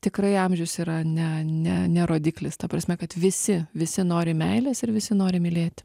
tikrai amžius yra ne ne ne rodiklis ta prasme kad visi visi nori meilės ir visi nori mylėti